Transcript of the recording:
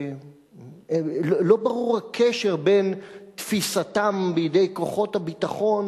לא ברור הקשר בין תפיסתם בידי כוחות הביטחון